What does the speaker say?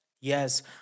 Yes